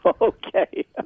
Okay